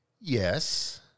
yes